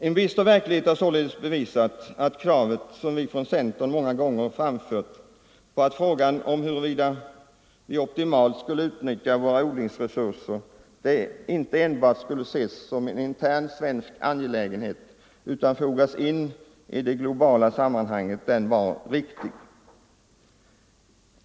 En bister verklighet har således bevisat att det krav som vi från centern många gånger framfört, att frågan om huruvida vi optimalt skall utnyttja våra odlingsresurser inte enbart skall ses som en intern svensk angelägenhet utan fogas in i det globala sammanhanget, var riktigt.